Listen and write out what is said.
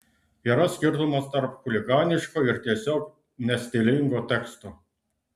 yra skirtumas tarp chuliganiško ir tiesiog nestilingo teksto